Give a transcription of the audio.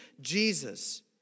Jesus